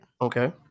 Okay